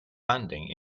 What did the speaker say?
landing